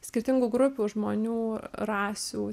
skirtingų grupių žmonių rasių